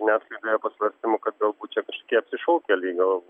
netgi pasvarstymų kad galbūt čia kažkokie apsišaukėliai gal